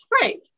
Right